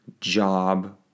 job